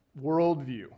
worldview